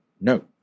No